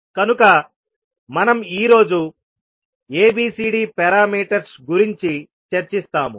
కనుక మనం ఈ రోజు ABCD పారామీటర్స్ గురించి చర్చిస్తాము